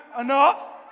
enough